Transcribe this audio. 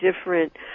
different